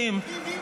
בו.